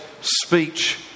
speech